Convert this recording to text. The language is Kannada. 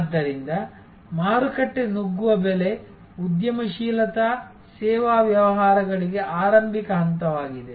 ಆದ್ದರಿಂದ ಮಾರುಕಟ್ಟೆ ನುಗ್ಗುವ ಬೆಲೆ ಉದ್ಯಮಶೀಲತಾ ಸೇವಾ ವ್ಯವಹಾರಗಳಿಗೆ ಆರಂಭಿಕ ಹಂತವಾಗಿದೆ